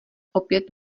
opět